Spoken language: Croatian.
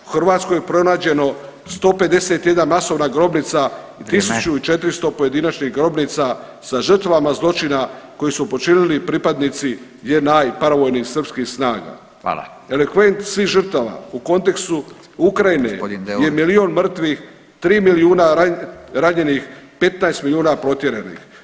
U Hrvatskoj je pronađeno 151 masovna grobnica, 1 400 [[Upadica: Vrijeme.]] pojedinačnih grobnica sa žrtvama zločina koji su počinili pripadnici JNA i paravojnih srpskih snaga [[Upadica: Hvala.]] svih žrtava u kontekstu Ukrajine [[Upadica: G. Deur.]] je milijun mrtvih, 3 milijuna ranjenih, 15 milijuna protjeranih.